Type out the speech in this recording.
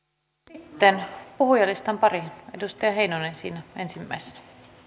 sitten puhujalistan pariin edustaja heinonen on siinä ensimmäisenä